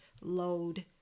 load